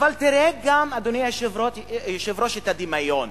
אבל תראה, אדוני היושב-ראש, גם את הדמיון.